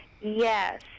Yes